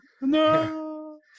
No